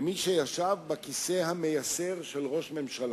כמי שישב בכיסא המייסר של ראש ממשלה,